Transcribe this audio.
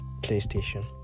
PlayStation